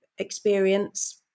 experience